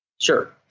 Sure